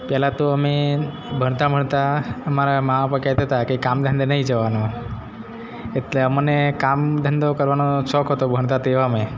પહેલાં તો અમે ભણતા ભણતા મારા મારા પપ્પા કહેતા હતા કે કામ ધંધે નથી જવાનું એટલે અમને કામ ધંધો કરવાનો શોખ હતો ભણતા તેવા માં